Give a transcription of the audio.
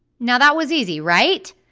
now that was easy, right?